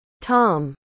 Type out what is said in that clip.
Tom